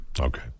Okay